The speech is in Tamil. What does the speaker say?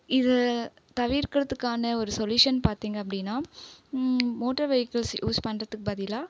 இதை தவிர்க்கிறதுக்கான ஒரு சொல்யூஷன் பார்த்தீங்க அப்படின்னா மோட்டர் வெஹிக்கல்ஸ் யூஸ் பண்றதுக்கு பதிலாக